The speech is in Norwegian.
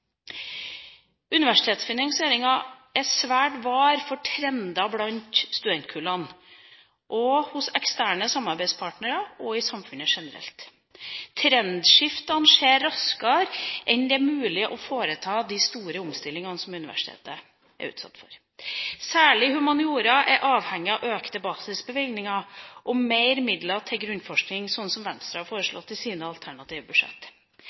Universitetsfinansieringa er svært var for trender blant studentkullene, hos eksterne samarbeidspartnere og i samfunnet generelt. Trendskiftene skjer raskere enn det er mulig å foreta de store omstillingene som universitetene er utsatt for. Særlig humaniora er avhengig av økte basisbevilgninger og mer midler til grunnforskning, slik som Venstre har foreslått i sine alternative